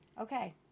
Okay